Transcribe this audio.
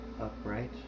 upright